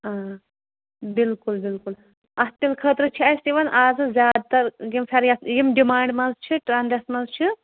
بالکُل بالکُل اَتھٕ تِلہٕ خٲطرٕ چھِ اَسہِ یِوان آز زیادٕ تَر یِم پھَ رٮ۪تھ یِم ڈِمانٛڈِ منٛز چھِ ٹرٛنٛڈَس منٛز چھِ